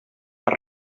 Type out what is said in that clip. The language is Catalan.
per